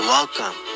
Welcome